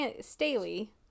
Staley